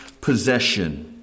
possession